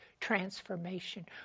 transformation